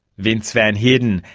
vince van heerden,